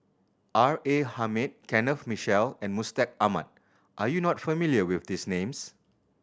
R A Hamid Kenneth Mitchell and Mustaq Ahmad are you not familiar with these names